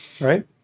right